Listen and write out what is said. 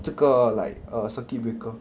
这个 like err circuit breaker